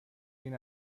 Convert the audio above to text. این